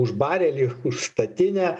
už barelį ir už statinę